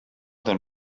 than